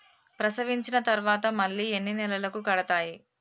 ప్రసవించిన తర్వాత మళ్ళీ ఎన్ని నెలలకు కడతాయి?